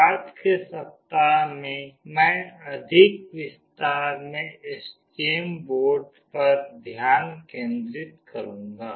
बाद के सप्ताह में मैं अधिक विस्तार में एसटीएम बोर्ड पर ध्यान केंद्रित करूंगी